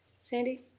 sandy